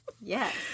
Yes